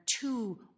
two